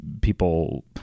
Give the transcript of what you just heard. people